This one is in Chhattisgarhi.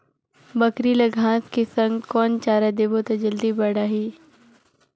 बकरी ल घांस के संग कौन चारा देबो त जल्दी बढाही?